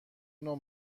نوع